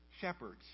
shepherds